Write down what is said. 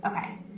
Okay